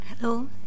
Hello